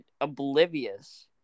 oblivious